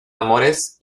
amores